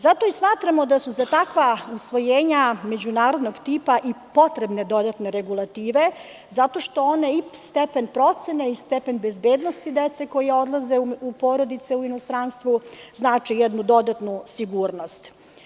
Zato smatramo da su za takva usvojenja, međunarodnog tipa, potrebne dodatne regulative zato što one, i stepen procene i stepen bezbednosti dece koja odlaze u porodice u inostranstvu, znače jednu dodatnu sigurnost.